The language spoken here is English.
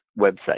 website